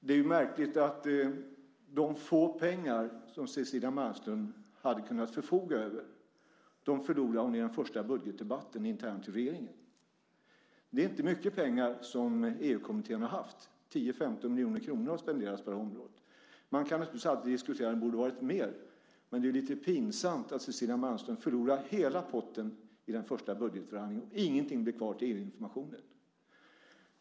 Det är märkligt att de få pengar som Cecilia Malmström hade kunnat förfoga över förlorade hon i den första budgetdebatten internt i regeringen. Det är inte mycket pengar som EU-kommittén har haft - 10-15 miljoner kronor har spenderats på det här området - och man kan naturligtvis alltid diskutera om det borde ha varit mer. Men det är lite pinsamt att Cecilia Malmström förlorade hela potten i den första budgetförhandlingen och att ingenting blev kvar till EU-informationen.